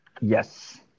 yes